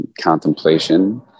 contemplation